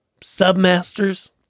submasters